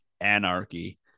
anarchy